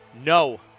No